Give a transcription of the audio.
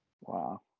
Wow